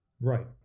Right